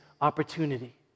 opportunity